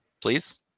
Please